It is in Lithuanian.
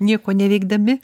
nieko neveikdami